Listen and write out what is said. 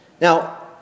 Now